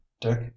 dick